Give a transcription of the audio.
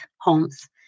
homes